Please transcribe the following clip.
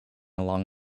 along